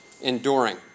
enduring